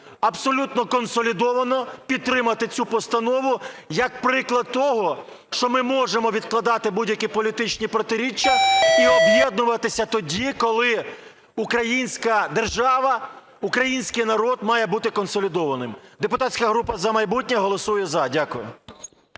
абсолютно консолідовано підтримати цю постанову як приклад того, що ми можемо відкладати будь-які політичні протиріччя і об'єднуватися тоді, коли українська держава, український народ має бути консолідованим. Депутатська група "За майбутнє" голосує "за". Дякую.